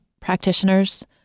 practitioners